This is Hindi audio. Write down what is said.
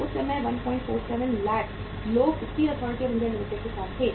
उस समय 147 लाख लोग steel authority of India limited के साथ थे